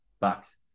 bucks